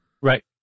Right